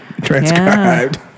transcribed